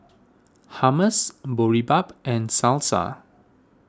Hummus Boribap and Salsa